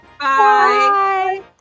Bye